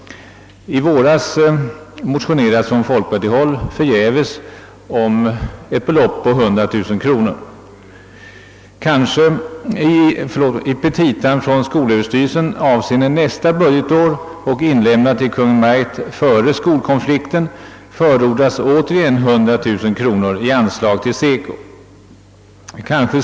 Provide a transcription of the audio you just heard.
Från folkpartihåll motionerades i våras förgäves om ett belopp på 100 000 kronor. I skolöverstyrelsens petita avseende nästa budgetår, som inlämnats till Kungl. Maj:t före skolkonflikten, föreslås återigen 100 000 kronor i anslag till SECO.